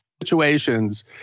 situations